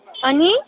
अनि